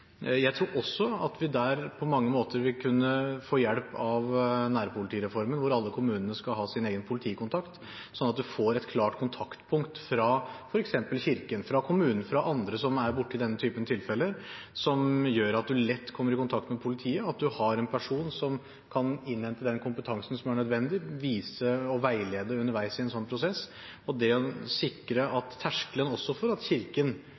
Jeg tror at vi også her på mange måter vil kunne få hjelp av nærpolitireformen, hvor alle kommunene skal ha sin egen politikontakt, slik at man får et klart kontaktpunkt i f.eks. Kirken, i kommunen og hos andre som er borti denne typen tilfeller, som gjør at man lett kommer i kontakt med politiet – at man har en person som kan innhente den kompetansen som er nødvendig, og vise og veilede underveis i en slik prosess. Det å senke terskelen for at også Kirken